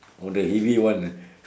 oh the heavy one ah